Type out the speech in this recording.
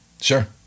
Sure